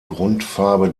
grundfarbe